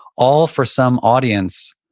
all for some audience.